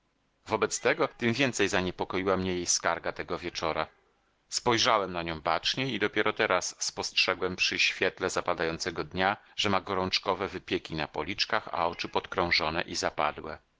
wobec tego tym więcej zaniepokoiła mnie jej skarga tego wieczora spojrzałem na nią baczniej i dopiero teraz spostrzegłem przy świetle zapadającego dnia że ma gorączkowe wypieki na policzkach a oczy podkrążone i zapadłe